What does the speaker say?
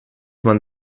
man